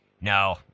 No